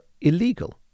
illegal